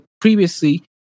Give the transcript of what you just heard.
previously